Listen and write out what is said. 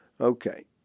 Okay